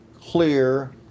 clear